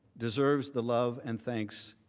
deserves the love and thanks